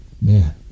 man